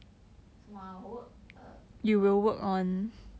什么 ah work err